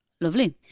Lovely